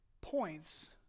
points